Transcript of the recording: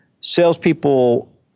salespeople